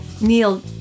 Neil